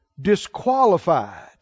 disqualified